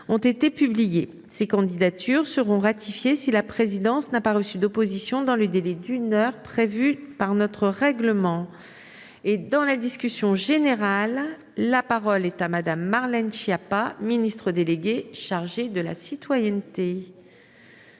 ont été publiées. Ces candidatures seront ratifiées si la présidence n'a pas reçu d'opposition dans le délai d'une heure prévu par notre règlement. Dans la discussion générale, la parole est à Mme la ministre déléguée. Mesdames,